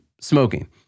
smoking